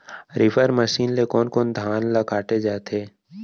Reaper machine ले कोन कोन धान ल काटे जाथे?